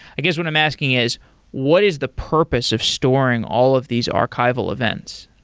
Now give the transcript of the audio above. i guess, what i'm asking is what is the purpose of storing all of these archival events?